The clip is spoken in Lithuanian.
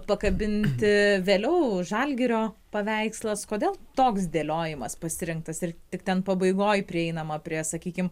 pakabinti vėliau žalgirio paveikslas kodėl toks dėliojimas pasirinktas ir tik ten pabaigoj prieinama prie sakykim